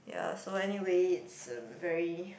ya so anyway it's um very